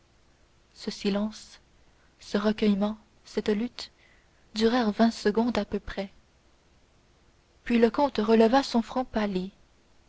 ce silence ce recueillement cette lutte durèrent vingt secondes à peu près puis le comte releva son front pâli